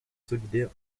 solidaire